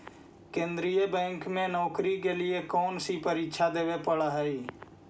केन्द्रीय बैंक में नौकरी के लिए कौन सी परीक्षा देवे पड़ा हई